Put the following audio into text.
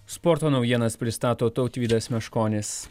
sporto naujienas pristato tautvydas meškonis